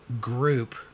group